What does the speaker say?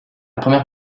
première